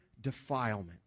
defilement